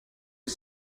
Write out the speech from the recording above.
est